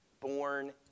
born